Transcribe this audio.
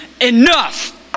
enough